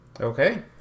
Okay